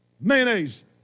mayonnaise